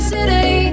City